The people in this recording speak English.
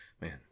Man